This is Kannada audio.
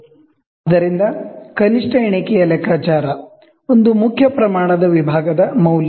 ಆದ್ದರಿಂದ ಕನಿಷ್ಠ ಎಣಿಕೆಯ ಲೆಕ್ಕಾಚಾರ ಒಂದು ಮುಖ್ಯ ಪ್ರಮಾಣದ ವಿಭಾಗದ ಮೌಲ್ಯ